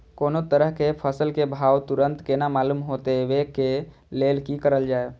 कोनो तरह के फसल के भाव तुरंत केना मालूम होते, वे के लेल की करल जाय?